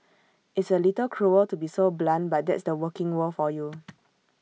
it's A little cruel to be so blunt but that's the working world for you